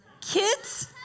Kids